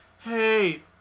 hey